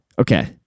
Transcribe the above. Okay